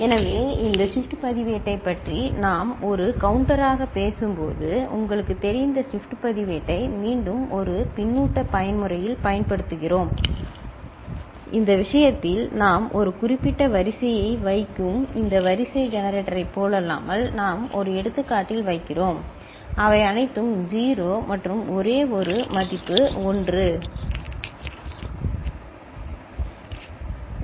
எனவே இந்த ஷிப்ட் பதிவேட்டைப் பற்றி நாம் ஒரு கவுண்ட்டராகப் பேசும்போது உங்களுக்குத் தெரிந்த ஷிப்ட் பதிவேட்டை மீண்டும் ஒரு பின்னூட்டப் பயன்முறையில் பயன்படுத்துகிறோம் இந்த விஷயத்தில் நாம் ஒரு குறிப்பிட்ட வரிசையை வைக்கும் இந்த வரிசை ஜெனரேட்டரைப் போலல்லாமல் நாம் ஒரு எடுத்துக்காட்டில் வைக்கிறோம் அவை அனைத்தும் 0 மற்றும் ஒரே ஒரு மதிப்பு 1 சரி